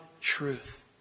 truth